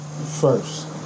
First